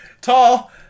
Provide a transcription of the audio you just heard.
tall